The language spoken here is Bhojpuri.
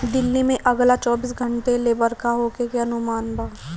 दिल्ली में अगला चौबीस घंटा ले बरखा होखे के अनुमान बा